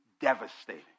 devastating